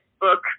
book